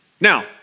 Now